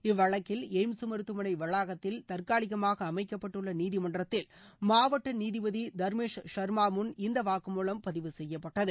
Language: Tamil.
இவ்வழக்கில் எய்ம்ஸ் மருத்துவமனை வளாகத்தில் தற்காலிகமாக அமைக்கப்பட்டுள்ள நீதிமன்றத்தில் மாவட்ட நீதிபதி தர்மேஷ் சர்மா முன் இந்த வாக்குமூலம் பதிவு செய்யப்பட்டது